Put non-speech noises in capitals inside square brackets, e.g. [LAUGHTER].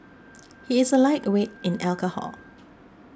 [NOISE] he is a lightweight in alcohol